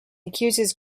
accuses